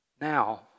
now